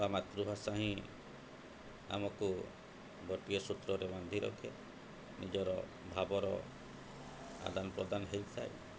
ବା ମାତୃଭାଷା ହିଁ ଆମକୁ ଗୋଟିଏ ସୂତ୍ରରେ ବାନ୍ଧି ରଖେ ନିଜର ଭାବର ଆଦାନ ପ୍ରଦାନ ହେଇଥାଏ